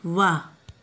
वाह